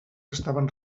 estaven